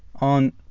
on